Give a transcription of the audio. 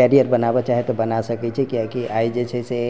career बनाबऽ चाहय तऽ बना सकै छै कियाकि आइ जे छै से